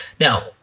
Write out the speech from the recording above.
Now